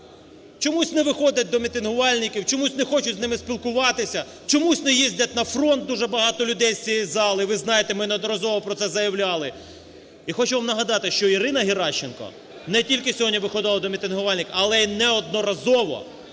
чомусь не виходять до мітингувальників, чомусь не хочуть з ними спілкуватися, чомусь не їздять на фронт дуже багато людей з цієї зали, ви знаєте, ми неодноразово про це заявляли. І хочу вам нагадати, що Ірина Геращенко, не тільки сьогодні виходила до мітингувальників, але й неодноразово